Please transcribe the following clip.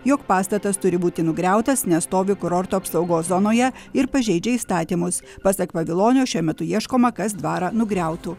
jog pastatas turi būti nugriautas nes stovi kurorto apsaugos zonoje ir pažeidžia įstatymus pasak pavilonio šiuo metu ieškoma kas dvarą nugriautų